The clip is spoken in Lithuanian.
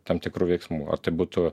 tam tikrų veiksmų ar tai būtų